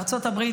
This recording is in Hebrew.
ארצות הברית,